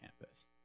campus